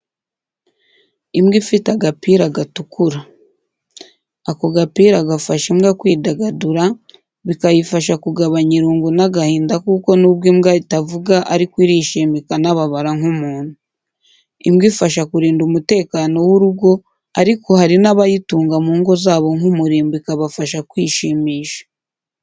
Imbwa ifite agapira gatukura. Ako gapira gafasha imbwa kwidagadura bikayifasha kugabanya irungu n'agahinda kuko n'ubwo imbwa itavuga aiko irishima ikanababara nk'umuntu. Imbwa ifasha kurinda umutekano w'urugo ariko hari n'abayitunga mu ngo zabo nk'umurimbo ikabafasha kwishimisha.